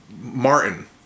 Martin